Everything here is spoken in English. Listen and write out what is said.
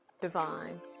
divine